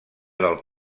del